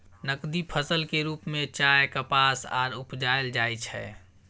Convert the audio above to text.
नकदी फसल के रूप में चाय, कपास आर उपजाएल जाइ छै